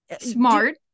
smart